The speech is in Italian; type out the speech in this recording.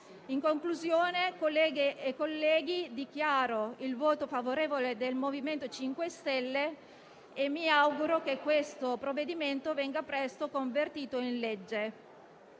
In conclusione, colleghe e colleghi, dichiaro il voto favorevole del MoVimento 5 Stelle e mi auguro che questo provvedimento venga presto convertito in legge.